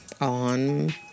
on